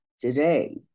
today